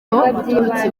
uturutse